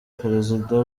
perezida